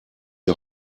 die